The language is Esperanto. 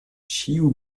ĉiu